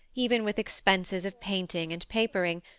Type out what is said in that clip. even with expenses of painting and papering,